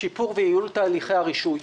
שיפור וייעול תהליך הרישוי.